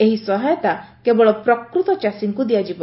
ଏହି ସହାୟତା କେବଳ ପ୍ରକୃତ ଚାଷୀଙ୍କୁ ଦିଆଯିବ